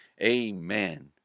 Amen